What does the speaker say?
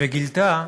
וגילתה